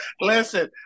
listen